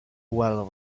while